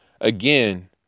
again